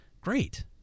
great